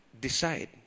decide